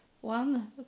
one